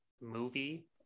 movie